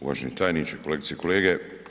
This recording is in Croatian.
Uvaženi tajniče, kolegice i kolege.